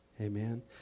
Amen